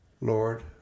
Lord